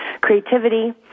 creativity